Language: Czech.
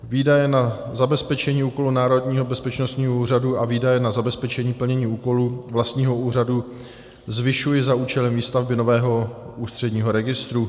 Výdaje na zabezpečení plnění úkolů Národního bezpečnostního úřadu a výdaje na zabezpečení plnění úkolů vlastního úřadu zvyšuje za účelem výstavby nového ústředního registru.